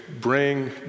bring